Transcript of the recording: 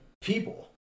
people